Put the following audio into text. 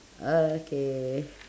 okay